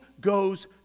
goes